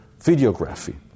videography